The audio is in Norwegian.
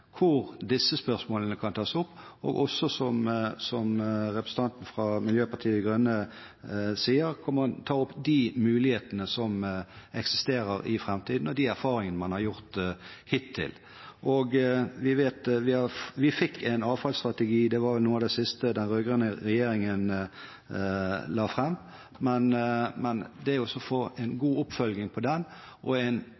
hvor disse spørsmålene kan tas opp, og som også representanten fra Miljøpartiet De Grønne sier, kan man ta opp de mulighetene som eksisterer, i framtiden, og de erfaringer man har gjort hittil. Vi fikk en avfallsstrategi, som var noe av det siste den rød-grønne regjeringen la fram, men det er viktig å få en god oppfølging av den og